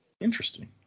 Interesting